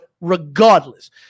Regardless